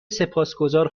سپاسگذار